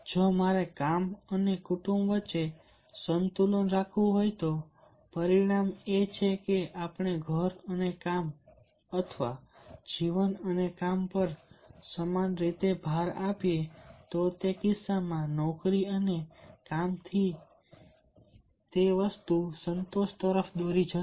જો મારે કામ અને કુટુંબ વચ્ચે સંતુલન રાખવું હોય તો પરિણામ એ છે કે જો આપણે ઘર અને કામ અથવા જીવન અને કામ પર સમાન રીતે ભાર આપીએ તો તે કિસ્સામાં તે નોકરી અને કામથી સંતોષ તરફ દોરી જશે